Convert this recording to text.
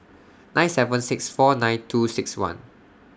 nine seven six four nine two six one